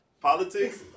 politics